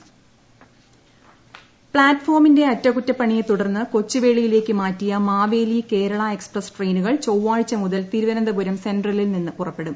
ട്ടടടടടടടട train പ്ലാറ്റ്ഫോമിന്റെ അറ്റകുറ്റപ്പണിയെ തുടർന്ന് കൊച്ചുവേളിയിലേക്ക് മാറ്റിയ മാവേലി കേരള എക്സ്പ്രസ് ട്രെയിനുകൾ ചൊവ്വാഴ്ച മുതൽ തിരുവനന്തപുരം സെൻട്രലിൽ നിന്നും പുറൂപ്പെടും